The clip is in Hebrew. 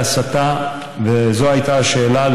זו הייתה השאלה.